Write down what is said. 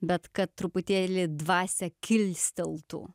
bet kad truputėlį dvasią kilsteltų